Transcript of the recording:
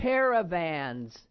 Caravans